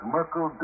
Merkel